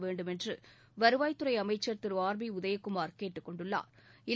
வேண்டும் என்று வருவாய்த் துறை அமைச்சா் திரு ஆர் பி உதயகுமாா் கேட்டுக்கொண்டுள்ளாா்